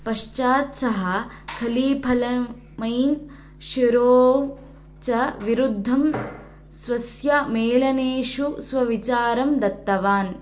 पश्चात् सः खलीफल मयि शिरो च विरुद्धं स्वस्य मेलनेषु स्वविचारं दत्तवान्